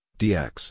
dx